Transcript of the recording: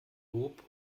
lob